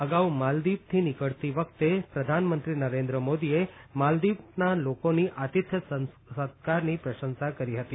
અગાઉ માલદીવથી નીકળતી વખતે પ્રધાનમંત્રી નરેન્દ્ર મોદીએ માલદીવના લોકોની આતિથ્ય સત્કારની પ્રશંસા કરી હતી